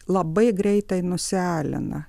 labai greitai nuselena